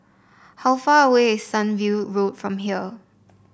how far away is Sunview Road from here